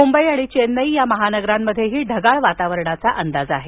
मुंबई आणि चेन्नई या महानगरांमध्येही ढगाळ वातावरणाचा अंदाज आहे